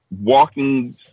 walking